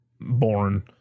born